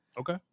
Okay